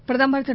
பிரதமர் திரு